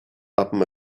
upon